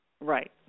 Right